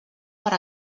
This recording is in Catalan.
per